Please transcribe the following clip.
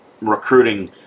recruiting